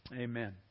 Amen